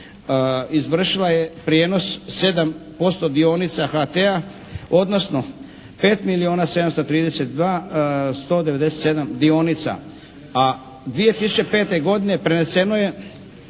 izvršila je prijenos 7% dionica HT-a, odnosno 5 milijuna 732 197 dionica, a 2005. godine preneseno je